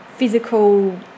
Physical